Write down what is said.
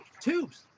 tubes